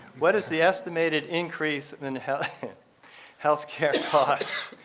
what is the estimated increase in health health care costs?